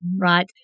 right